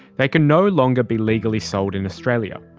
they can no longer be legally sold in australia.